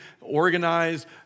organized